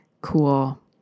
cool